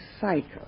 cycle